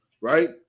right